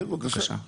כן, בבקשה.